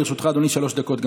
גם לרשותך, אדוני, שלוש דקות.